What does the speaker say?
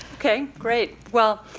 ok, great. well,